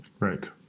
right